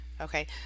okay